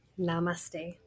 Namaste